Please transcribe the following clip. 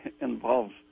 involves